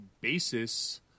basis